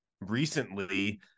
Recently